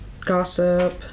gossip